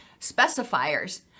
specifiers